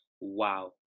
Wow